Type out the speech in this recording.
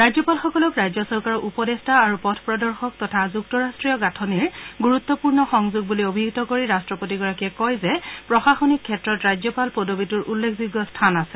ৰাজ্যপালসকলক ৰাজ্য চৰকাৰৰ উপদেষ্টা আৰু পথপ্ৰদৰ্শক তথা যুক্তৰাষ্ট্ৰীয় গাঁথনিৰ গুৰুত্বপূৰ্ণ সংযোগ বুলি অভিহিত কৰি ৰাট্টপতিগৰাকীয়ে কয় যে প্ৰশাসনিক ক্ষেত্ৰত ৰাজ্যপাল পদবীটোৰ উল্লেখযোগ্য স্থান আছে